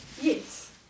Yes